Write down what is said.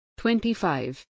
25